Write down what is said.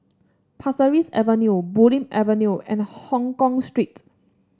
Pasir Ris Avenue Bulim Avenue and Hongkong Street